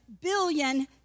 billion